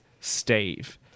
Steve